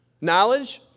Knowledge